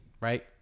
right